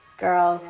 girl